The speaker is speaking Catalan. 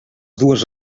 dues